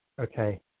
Okay